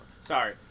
sorry